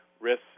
risks